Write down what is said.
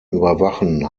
überwachen